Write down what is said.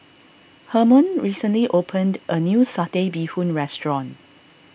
Hermon recently opened a new Satay Bee Hoon restaurant